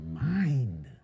mind